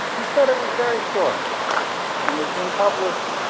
he said it was very short and was being published,